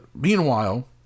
Meanwhile